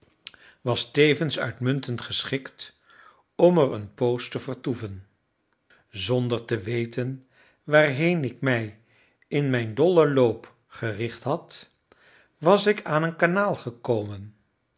was tevens uitmuntend geschikt om er een poos te vertoeven zonder te weten waarheen ik mij in mijn dollen loop gericht had was ik aan een kanaal gekomen